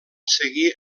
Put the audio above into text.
seguir